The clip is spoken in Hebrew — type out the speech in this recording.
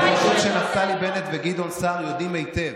אני חושב שנפתלי בנט וגדעון סער יודעים היטב